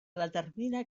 determina